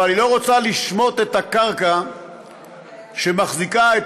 אבל היא לא רוצה לשמוט את הקרקע שמחזיקה את